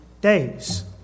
days